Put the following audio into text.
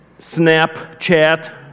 Snapchat